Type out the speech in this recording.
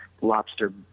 lobster